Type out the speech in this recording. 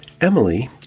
Emily